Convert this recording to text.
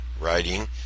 writing